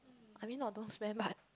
I mean not don't spend but